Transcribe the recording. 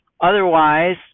otherwise